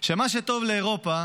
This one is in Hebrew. שמה שטוב לאירופה